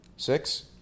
Six